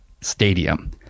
Stadium